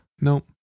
Nope